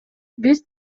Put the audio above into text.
биз